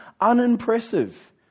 unimpressive